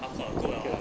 half-court uh 够 liao lor